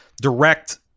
direct